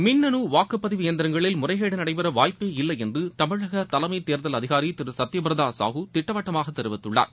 மின்னு வாக்குப்பதிவு இயந்திரங்களில் முறைகேடு நடைபெற வாய்ப்பே இல்லை என்று தமிழக தலைமை தேர்தல் அதிகாரி திரு சத்தியப்பிரத சாஹு திட்டவட்டமாக தெரிவித்துள்ளார்